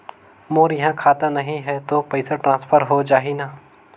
मोर इहां खाता नहीं है तो पइसा ट्रांसफर हो जाही न?